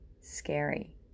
scary